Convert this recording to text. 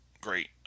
great